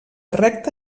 recta